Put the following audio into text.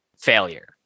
failure